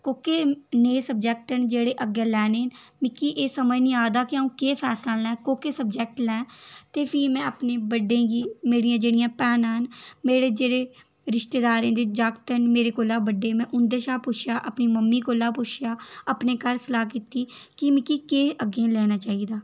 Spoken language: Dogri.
कोह्के नेह् सब्जैक्ट न जेह्ड़े अग्गै लैंने मिकी एह् समझ नी आ दा के अ'ऊं के फैसला लैं कोह्के सब्जैक्ट लैं ते फ्ही में अपने बड़े गी जेह्ड़ियां भैनां न मेरे जेह्ड़े रिश्तेदारे दे जागत न मेरे कोला बड्डे में उदां शा पुच्छया अपनी ममी कोला पुच्छया अपने घर सलाह् किती के मिकी केह् अग्गे लेना चाहिदा